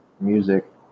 music